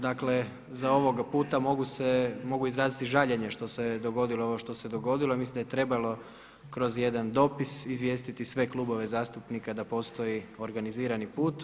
Dakle za ovoga puta mogu se, mogu izraziti žaljenje što se dogodilo ovo što se dogodilo i mislim da je trebalo kroz jedan dopis izvijestiti sve klubove zastupnika da postoji organizirani put.